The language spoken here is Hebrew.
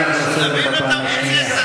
אני קורא אותך לסדר פעם שנייה.